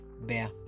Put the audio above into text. bear